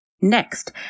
Next